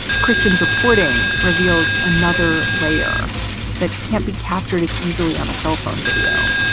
christian's reporting reveals another layer that can't be captured as easily on a cell phone video.